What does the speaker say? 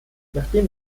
nachdem